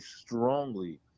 strongly